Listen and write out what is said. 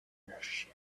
ownership